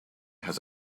has